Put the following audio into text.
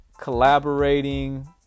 collaborating